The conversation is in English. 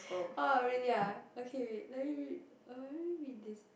oh really ah okay let me read oh wait let me read this